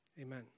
amen